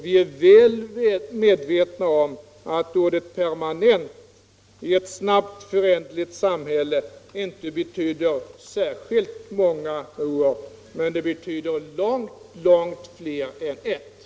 Vi är väl medvetna om att ordet permanent i ett snabbt föränderligt samhälle inte betyder särskilt många år, men det betyder långt långt fler än ett år.